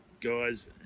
guys